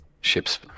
ships